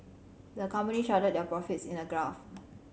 the company charted their profits in a graph